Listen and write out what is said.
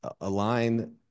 align